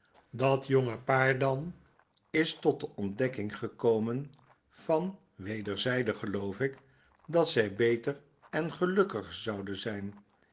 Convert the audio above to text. dat jonge paar dan is tot de ontdekking gekomen van weerszyden geloof ik dat zy beter en gelukkiger zouden zyn